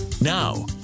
now